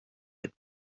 had